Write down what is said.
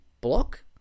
block